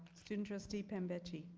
student trustee panbehchi?